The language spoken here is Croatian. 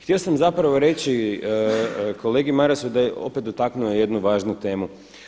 Htio sam zapravo reći kolegi Marasu da je opet dotaknuo jednu važnu temu.